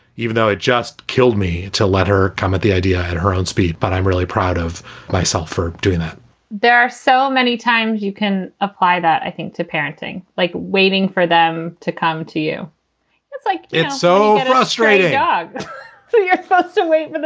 even though it just killed me to let her come at the idea at her own speed. but i'm really proud of myself for doing that there are so many times you can apply that, i think, to parenting, like waiting for them to come to you it's like it's so frustrating yeah for your thoughts to wait